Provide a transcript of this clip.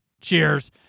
cheers